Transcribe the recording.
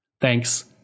Thanks